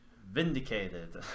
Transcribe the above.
vindicated